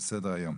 על סדר היום: